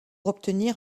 obtenir